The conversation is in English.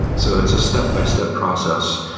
so it's a step-by-step process.